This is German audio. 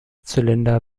zylinder